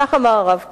כך אמר הרב קוק: